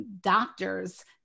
doctors